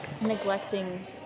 Neglecting